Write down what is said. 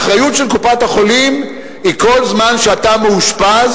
האחריות של קופת-החולים היא כל זמן שאתה מאושפז